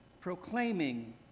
proclaiming